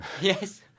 Yes